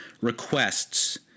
requests